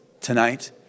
tonight